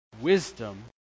wisdom